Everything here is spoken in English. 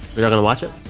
but going to watch it?